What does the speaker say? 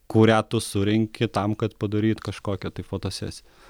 kurią tu surenki tam kad padaryt kažkokią tai fotosesiją